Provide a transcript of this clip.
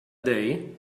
day